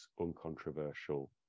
uncontroversial